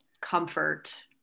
comfort